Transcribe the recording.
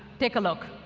take a look.